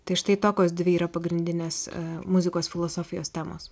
tai štai tokios dvi yra pagrindinės muzikos filosofijos temos